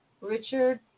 Richard